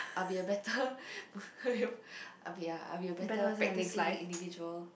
I'll be a better I'l be ya I'll be a better practicing individual